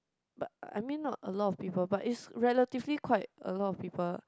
but I mean not a lot of people but is relatively quite a lot of people